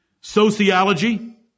sociology